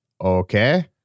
Okay